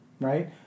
right